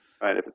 Right